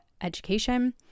education